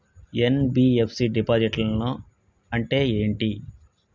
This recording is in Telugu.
ఎన్.బి.ఎఫ్.సి డిపాజిట్లను అంటే ఏంటి?